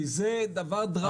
כי זה דבר דרמטי מציל חיים.